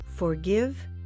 Forgive